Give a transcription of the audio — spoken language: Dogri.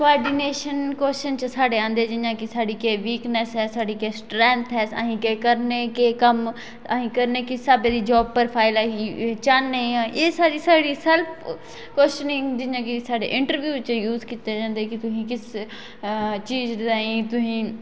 कोआर्डीनेशन कोशन च साढ़े आंदे जियां कि साढ़ी केह् बीकनेस साढ़ी के स्ट्रैथं ऐ अस केह् कम्म करने किस स्हाबे जाॅब परोफाइल अस चाहन्ने एह् सारी साढ़ी सेल्फ कोशनिंग जियां कि साढ़े इंट्रब्यू यूज कीते जंदे कि तुसें किसं चीज ताई तुसें